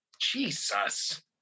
Jesus